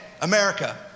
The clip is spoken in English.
America